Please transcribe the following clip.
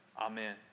Amen